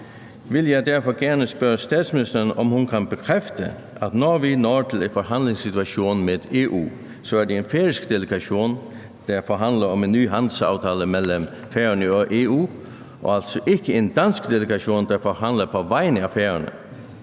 derfor gerne spørge statsministeren, om hun kan bekræfte, at når vi når til en forhandlingssituation med EU, er det en færøsk delegation, der forhandler om en ny handelsaftale mellem Færøerne og EU, og altså ikke en dansk delegation, der forhandler på vegne af Færøerne.